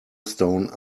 stone